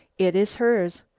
it is hers,